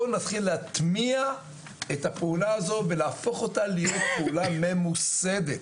בואו נתחיל להטמיע את הפעולה הזו ולהפוך אותה להיות פעולה ממוסדת